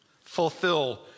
Fulfill